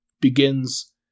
begins